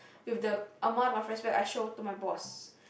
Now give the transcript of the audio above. with the amount of respect I show to my boss